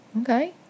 okay